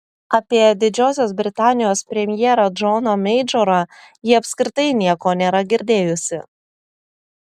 apie didžiosios britanijos premjerą džoną meidžorą ji apskritai nieko nėra girdėjusi